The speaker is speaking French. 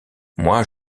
moi